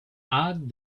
add